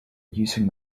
using